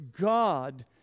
God